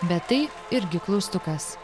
bet tai irgi klaustukas